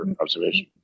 observation